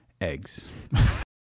eggs